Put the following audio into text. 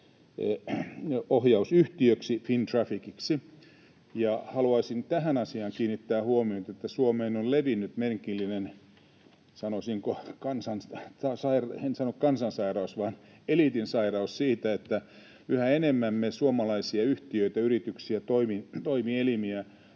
Liikenteenohjausyhtiö Fintrafficiksi. Ja haluaisin tähän asiaan kiinnittää huomiota, että Suomeen on levinnyt merkillinen, sanoisinko kansan... — En sano kansansairaus vaan eliitin sairaus siitä, että yhä enemmän me suomalaisia yhtiöitä, yrityksiä, toimielimiä